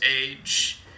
age